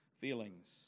feelings